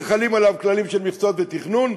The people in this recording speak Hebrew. וחלים עליו כללים של מכסות ותכנון.